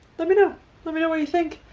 let me know let me know what you think.